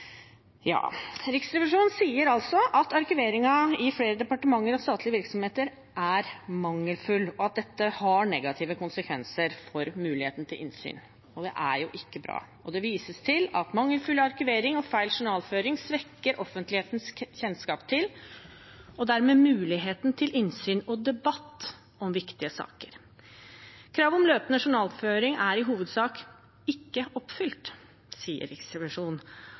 Riksrevisjonen sier altså at arkiveringen i flere departementer og statlige virksomheter er mangelfull, og at dette har negative konsekvenser for muligheten til innsyn. Det er jo ikke bra, og det vises til at mangelfull arkivering og feil journalføring svekker offentlighetens kjennskap til og dermed muligheten til innsyn i og debatt om viktige saker. «Kravet om løpende journalføring er i hovedsak ikke oppfylt», sier Riksrevisjonen.